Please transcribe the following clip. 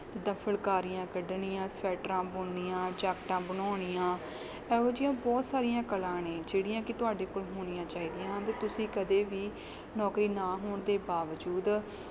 ਜਿੱਦਾਂ ਫੁਲਕਾਰੀਆਂ ਕੱਢਣੀਆਂ ਸਵੈਟਰਾਂ ਬੁਣਨੀਆਂ ਜੈਕਟਾਂ ਬਣਾਉਣੀਆਂ ਇਹੋ ਜਿਹੀਆਂ ਬਹੁਤ ਸਾਰੀਆਂ ਕਲਾ ਨੇ ਜਿਹੜੀਆਂ ਕਿ ਤੁਹਾਡੇ ਕੋਲ ਹੋਣੀਆਂ ਚਾਹੀਦੀਆਂ ਹਨ ਅਤੇ ਤੁਸੀਂ ਕਦੇ ਵੀ ਨੌਕਰੀ ਨਾ ਹੋਣ ਦੇ ਬਾਵਜੂਦ